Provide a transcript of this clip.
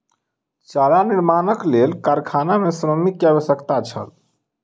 चारा निर्माणक लेल कारखाना मे श्रमिक के आवश्यकता छल